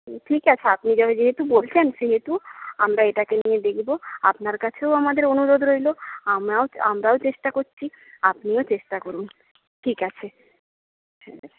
ঠিক আছে আপনি যেহেতু বলছেন সেহেতু আমরা এটাকে নিয়ে দেখব আপনার কাছেও আমাদের অনুরোধ রইল আমরাও আমরাও চেষ্টা করছি আপনিও চেষ্টা করুন ঠিক আছে